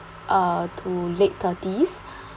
uh to late thirties